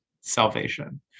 salvation